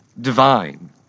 Divine